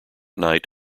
night